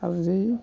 आरो जै